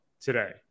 today